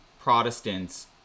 Protestants